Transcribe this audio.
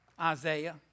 Isaiah